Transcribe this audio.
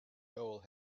hole